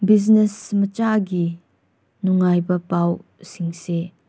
business ꯃꯆꯥꯒꯤ ꯅꯨꯡꯉꯥꯏꯕ ꯄꯥꯎꯁꯤꯡꯁꯦ